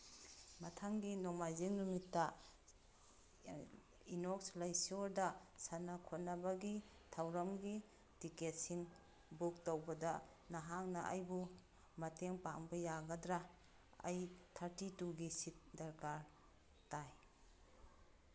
ꯃꯊꯪꯒꯤ ꯅꯣꯡꯃꯥꯏꯖꯤꯡ ꯅꯨꯃꯤꯠꯇ ꯏꯅꯣꯛꯁ ꯂꯩꯁ꯭ꯌꯣꯔꯗ ꯁꯥꯟꯅ ꯈꯣꯠꯅꯕꯒꯤ ꯊꯧꯔꯝꯒꯤ ꯇꯤꯀꯦꯠꯁꯤꯡ ꯕꯨꯛ ꯇꯧꯕꯗ ꯅꯍꯥꯛꯅ ꯑꯩꯕꯨ ꯃꯇꯦꯡ ꯄꯥꯡꯕ ꯌꯥꯒꯗ꯭ꯔꯥ ꯑꯩ ꯊꯥꯔꯇꯤ ꯇꯨꯒꯤ ꯁꯤꯠ ꯗꯔꯀꯥꯔ ꯇꯥꯏ